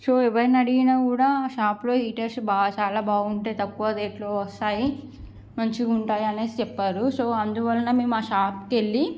so ఎవర్ని అడిగినా కూడా ఆ షాప్లో హీటర్స్ బాగా చాలా బాగుంటాయి తక్కువ రేట్లో వస్తాయి మంచిగా ఉంటాయి అనే చెప్పారు సో అందువలన మేము ఆ షాప్కి వెళ్ళీ